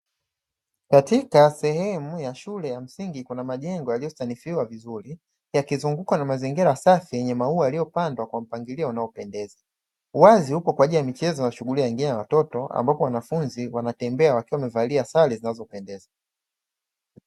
Katika sehemu ya shule ya msingi kuna majengo yaliyo sanifiwa vizuri yakizungukwa na mazingira safi yenye maua yaliyopandwa kwa mpangilio unao pendeza, uwazi upo kwajili ya michezo na shughuli nyingine za watoto ambapo wanafunzi wanatembea wakiwa wamevalia sare zinazopendeza.